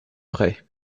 vrai